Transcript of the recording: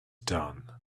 done